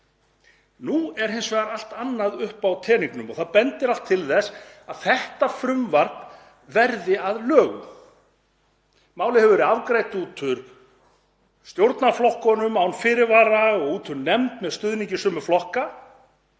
Nú er hins vegar allt annað upp á teningnum og það bendir allt til þess að þetta frumvarp verði að lögum. Málið hefur verið afgreitt út úr stjórnarflokkunum án fyrirvara og út úr nefnd með stuðningi sömu flokka.